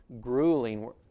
grueling